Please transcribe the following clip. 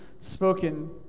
spoken